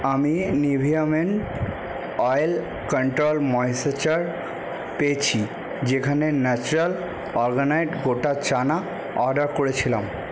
আমি Nivea men oil control moisturiser পেয়েছি যেখানে ন্যাচার্যাল অরগ্যানিক গোটা চানা অর্ডার করেছিলাম